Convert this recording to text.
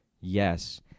Yes